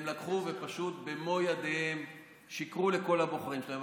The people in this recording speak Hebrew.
הם לקחו, ופשוט במו ידיהם שיקרו לכל הבוחרים שלהם.